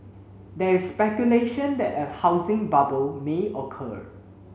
there is speculation that a housing bubble may occur